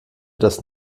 das